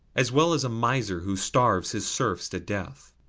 as well as a miser who starves his serfs to death.